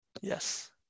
yes